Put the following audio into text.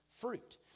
fruit